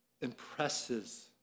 impresses